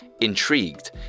Intrigued